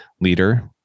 leader